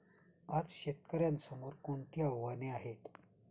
आज शेतकऱ्यांसमोर कोणती आव्हाने आहेत?